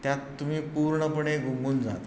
त्यात तुम्ही पूर्णपणे गुंगून जाता